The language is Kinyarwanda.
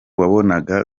wabonaga